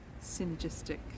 synergistic